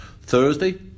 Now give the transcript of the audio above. Thursday